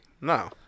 no